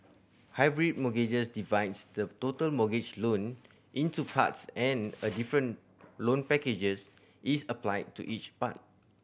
hybrid mortgages divides the total mortgage loan into parts and a different loan packages is applied to each part